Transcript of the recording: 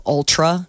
Ultra